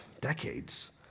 decades